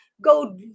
go